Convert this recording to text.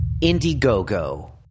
Indiegogo